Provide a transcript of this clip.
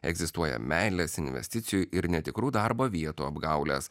egzistuoja meilės investicijų ir netikrų darbo vietų apgaulės